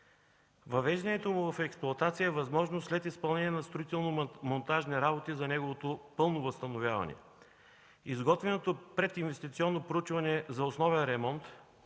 Въвеждането му в експлоатация е възможно след изпълнение на строително-монтажни работи за неговото пълно възстановяване. Изготвеното прединвестиционно проучване за основен ремонт